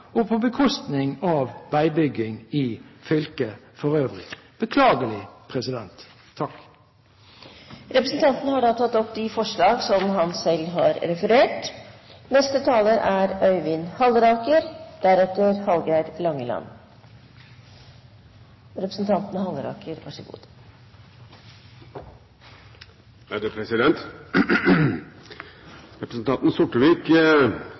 og på bekostning av veibygging i fylket for øvrig. – Beklagelig! Representanten Arne Sortevik har tatt opp de forslagene han refererte til. Representanten Sortevik